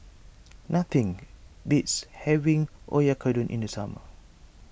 nothing beats having Oyakodon in the summer